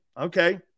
Okay